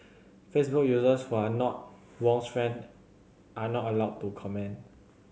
Facebook users who are not Wong's friend are not allowed to comment